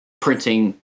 printing